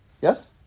Yes